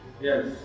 Yes